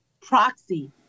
proxy